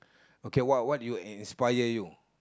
okay what what do you in inspire you